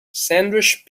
sandwich